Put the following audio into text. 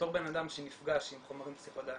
בתור בנאדם שנפגש עם חומרים פסיכדליים,